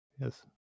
yes